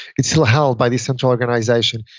it's still held by the central organization.